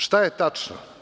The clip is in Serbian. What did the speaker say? Šta je tačno?